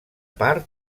part